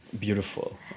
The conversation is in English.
beautiful